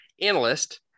analyst